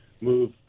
move